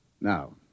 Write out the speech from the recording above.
Now